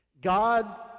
God